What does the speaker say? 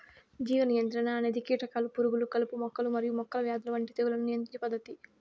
జీవ నియంత్రణ అనేది కీటకాలు, పురుగులు, కలుపు మొక్కలు మరియు మొక్కల వ్యాధుల వంటి తెగుళ్లను నియంత్రించే పద్ధతి